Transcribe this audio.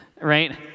right